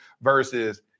versus